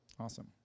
awesome